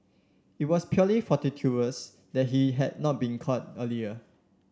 it was purely that he had not been caught earlier